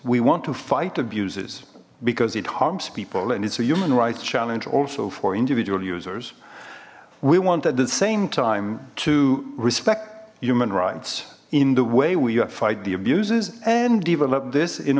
we want to fight abuses because it harms people and it's a human rights challenge also for individual users we want at the same time to respect human rights in the way we fight the abuses and develop this in